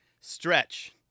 Stretch